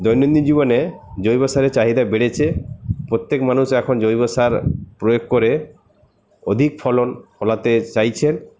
দৈনন্দিন জীবনে জৈব সারের চাহিদা বেড়েছে প্রত্যেক মানুষ এখন জৈব সার প্রয়োগ করে অধিক ফলন ফলাতে চাইছেন